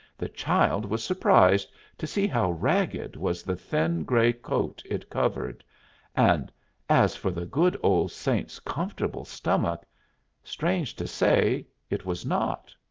the child was surprised to see how ragged was the thin gray coat it covered and as for the good old saint's comfortable stomach strange to say, it was not!